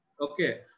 okay